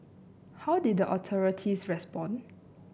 how did the authorities respond